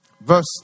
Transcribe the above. Verse